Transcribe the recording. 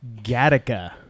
Gattaca